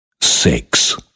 six